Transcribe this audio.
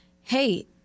Hey